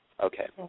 Okay